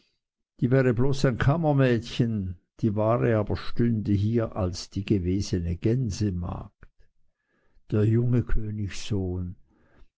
die wäre bloß ein kammermädchen die wahre aber stände hier als die gewesene gänsemagd der junge